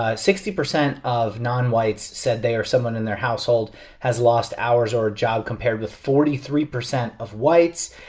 ah sixty percent of nonwhites said they or someone in their household has lost hours or a job compared with forty three percent of whites.